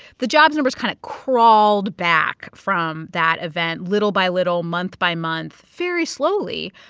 the jobs numbers kind of crawled back from that event little by little, month by month, very slowly.